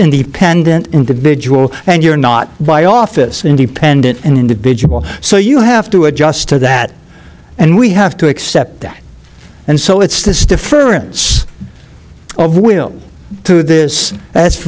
independent individual and you're not by office independent and individual so you have to adjust to that and we have to accept that and so it's this deferments of will to this